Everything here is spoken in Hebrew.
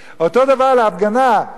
אותו הדבר על ההפגנה בשבת,